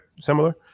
Similar